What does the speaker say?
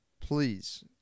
please